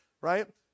right